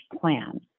plan